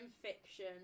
fiction